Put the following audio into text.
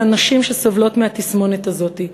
של הנשים שסובלות מהתסמונת הזאת.